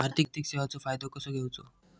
आर्थिक सेवाचो फायदो कसो घेवचो?